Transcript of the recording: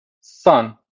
son